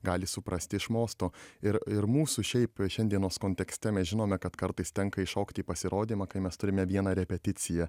gali suprasti iš mosto ir ir mūsų šiaip šiandienos kontekste mes žinome kad kartais tenka įšokti į pasirodymą kai mes turime vieną repeticiją